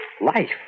Life